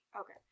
Okay